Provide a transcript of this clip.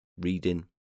reading